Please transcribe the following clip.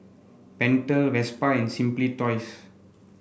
Pentel Vespa and Simply Toys